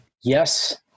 yes